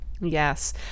Yes